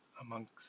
amongst